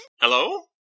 Hello